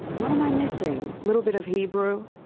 what am i missing? little bit of hebrew.